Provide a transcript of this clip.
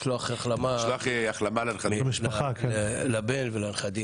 זאת הזדמנות לשלוח החלמה לבן ולנכדים.